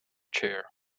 chair